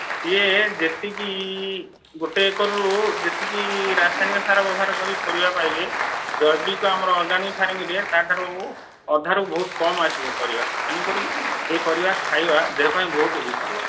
ସିଏ ଯେତିକି ଗୋଟେ ଏକର୍ରୁ ଯେତିକି ରାସାୟନିକ ସାର ବ୍ୟବହାର କରିକି ପରିବା ପାଇବେ ଜୈବିକ ଆମର ଅର୍ଗାନିକ୍ ଫାର୍ମିଙ୍ଗ୍ରେ ତା'ଠାରୁ ଅଧାରୁ ବହୁତ କମ୍ ଆସିବ ପରିବା ତେଣୁ କରି ସେ ପରିବା ଖାଇବା ଦେହ ପାଇଁ ବହୁତ ହିଁ ଭଲ